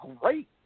great